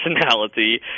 personality